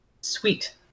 sweet